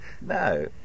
No